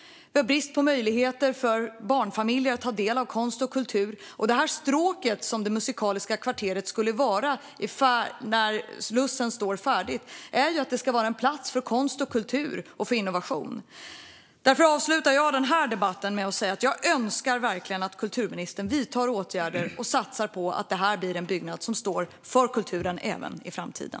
Det är brist på möjligheter för barnfamiljer att ta del av konst och kultur. Det stråk som Musikaliska kvarteret skulle vara när Slussen står färdig är en plats för konst, kultur och innovation. Därför avslutar jag denna debatt med att säga att jag verkligen önskar att kulturministern vidtar åtgärder och satsar på att det här blir en byggnad som står för kulturen även i framtiden.